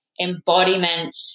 embodiment